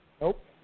Nope